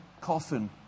coffin